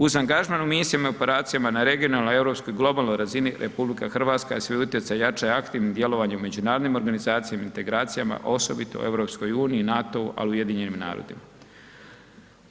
Uz angažman u misijama i operacijama na regionalnoj europskoj i globalnoj razini RH svoj utjecaj jača aktivnim djelovanjem međunarodnim organizacijama, integracijama osobito u EU, NATO-u ali i UN-u.